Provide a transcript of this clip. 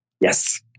Yes